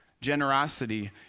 generosity